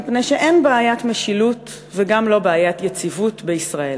מפני שאין בעיית משילות וגם לא בעיית יציבות בישראל.